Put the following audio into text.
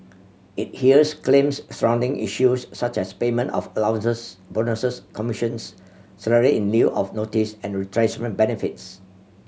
it hears claims surrounding issues such as payment of allowances bonuses commissions salary in lieu of notice and retrenchment benefits